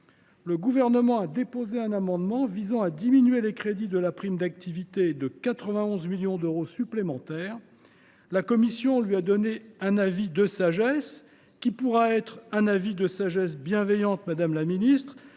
Le Gouvernement a déposé un amendement visant à diminuer les crédits de la prime d’activité de 91 millions d’euros supplémentaires. La commission a rendu un avis de sagesse, qui pourra être bienveillante, madame la ministre,